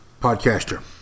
Podcaster